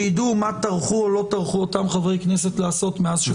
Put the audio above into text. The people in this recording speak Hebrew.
שידעו מה טרחו או לא טרחו אותם חברי כנסת לעשות מאז שחוקק החוק.